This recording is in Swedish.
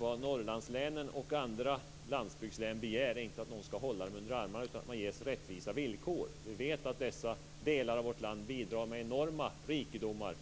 Vad Norrlandslänen och andra landsbygdslän begär är inte att någon ska hålla dem under armarna utan att man ges rättvisa villkor. Vi vet att dessa delar av vårt land bidrar med enorma rikedomar